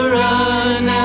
run